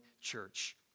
church